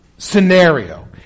scenario